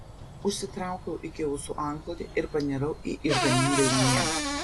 užsitraukiau iki ausų antklodę ir panirau į išganingąjį miegą